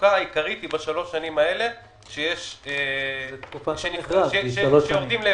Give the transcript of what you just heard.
המצוקה העיקרית היא בשלוש השנים האלה שהם נכנסים להפסד.